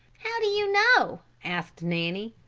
how do you know? asked nanny.